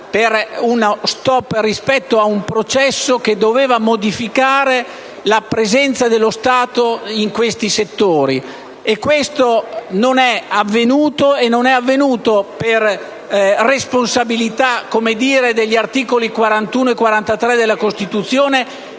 fermato; uno stop ad un processo che doveva modificare la presenza dello Stato in questi settori. Questo non è avvenuto per responsabilità degli articoli 41 e 43 della Costituzione